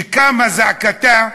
שקמה זעקתה,